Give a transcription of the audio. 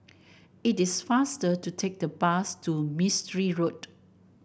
it is faster to take the bus to Mistri Road